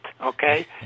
okay